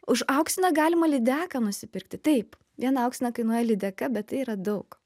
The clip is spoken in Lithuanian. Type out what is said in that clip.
už auksiną galima lydeką nusipirkti taip vieną auksiną kainuoja lydeka bet tai yra daug